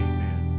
Amen